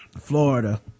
Florida